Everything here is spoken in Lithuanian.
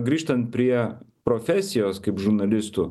grįžtant prie profesijos kaip žurnalistų